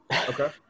Okay